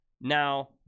now